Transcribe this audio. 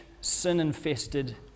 sin-infested